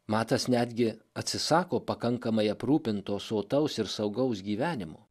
matas netgi atsisako pakankamai aprūpintos sotaus ir saugaus gyvenimo